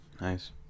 Nice